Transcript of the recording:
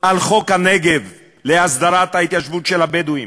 על חוק הנגב, להסדרת ההתיישבות של הבדואים,